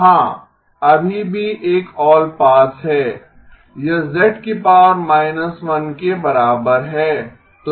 हां अभी भी एक ऑलपास है यह z−1 के बराबर है